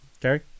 Gary